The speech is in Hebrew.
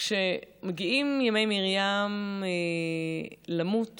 וכשמגיעים ימי מרים למות